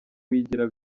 wigira